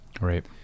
Right